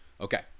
Okay